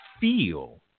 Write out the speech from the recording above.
feel